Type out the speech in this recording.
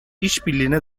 işbirliğine